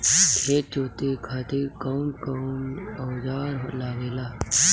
खेत जोते खातीर कउन कउन औजार लागेला?